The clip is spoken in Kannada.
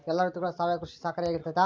ಎಲ್ಲ ಋತುಗಳಗ ಸಾವಯವ ಕೃಷಿ ಸಹಕಾರಿಯಾಗಿರ್ತೈತಾ?